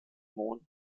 mond